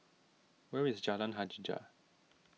where is Jalan Hajijah